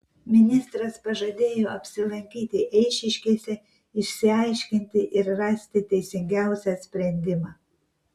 ministras pažadėjo apsilankyti eišiškėse išsiaiškinti ir rasti teisingiausią sprendimą